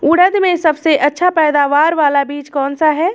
उड़द में सबसे अच्छा पैदावार वाला बीज कौन सा है?